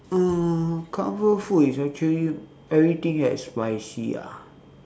uh comfort food is actually everything that is spicy ah